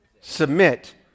submit